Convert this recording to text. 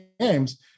games